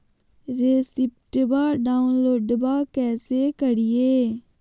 रेसिप्टबा डाउनलोडबा कैसे करिए?